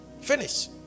Finish